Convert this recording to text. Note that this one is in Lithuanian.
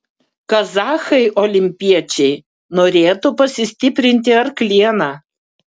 kazachai olimpiečiai norėtų pasistiprinti arkliena